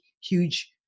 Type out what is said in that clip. huge